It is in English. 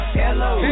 hello